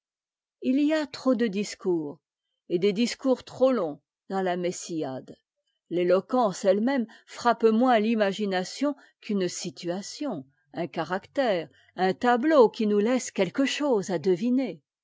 il y a trop de discours et des discours trop longs dans la lifessiade l'éloquence elle-même frappe moins l'imagination qu'une situation un caractère un tableau qui nous laisse quelque chose à deviner